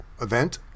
event